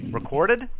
Recorded